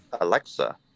Alexa